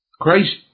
Christ